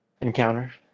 encounter